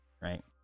right